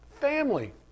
Family